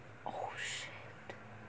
oh shit